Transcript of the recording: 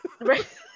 right